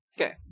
Okay